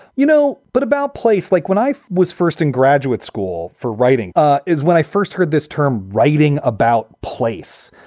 you know? but about place, like when i was first in graduate school for writing ah is when i first heard this term writing about place.